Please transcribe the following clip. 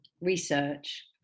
research